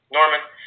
Norman